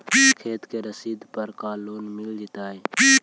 खेत के रसिद पर का लोन मिल जइतै?